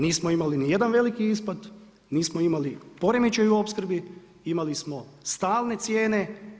Nismo imali ni jedan veliki ispad, nismo imali poremećaj u opskrbi, imali smo stalne cijene.